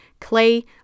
Clay